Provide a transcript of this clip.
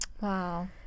Wow